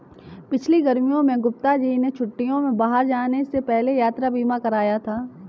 पिछली गर्मियों में गुप्ता जी ने छुट्टियों में बाहर जाने से पहले यात्रा बीमा कराया था